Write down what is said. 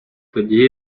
тоді